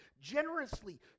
generously